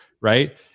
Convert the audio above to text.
right